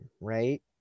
right